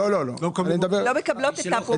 לא מקבלות את הפרופיל.